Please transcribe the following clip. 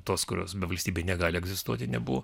tos kurios be valstybė negali egzistuoti nebuvo